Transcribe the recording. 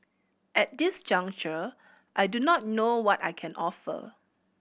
at this juncture I do not know what I can offer